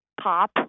pop